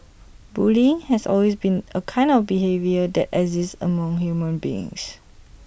bullying has always been A kind of behaviour that exists among human beings